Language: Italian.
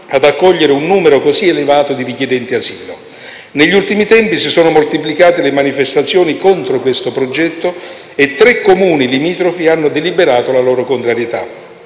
ad accogliere un numero così elevato di richiedenti asilo. Negli ultimi tempi si sono moltiplicate le manifestazioni contro questo progetto e tre Comuni limitrofi hanno deliberato la loro contrarietà.